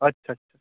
আচ্ছা আচ্ছা